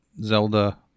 Zelda